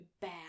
bad